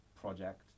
project